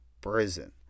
Prison